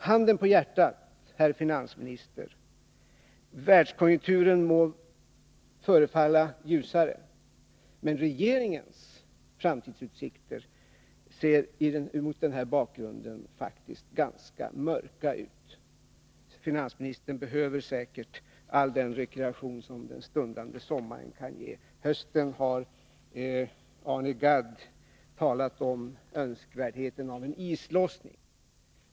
Handen på hjärtat, herr finansminister, världskonjunkturen må förefalla ljusare, men regeringens framtidsutsikter ser mot denna bakgrund faktiskt ganska mörka ut. Finansministern behöver säkert all den rekreation som den stundande sommaren kan ge. Beträffande hösten har Arne Gadd talat om önskvärdheten av en islossning.